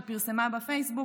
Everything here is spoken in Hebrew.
שהיא פרסמה בפייסבוק,